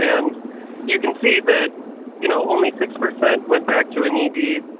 and you can see that you know only six percent went back to an ed,